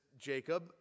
jacob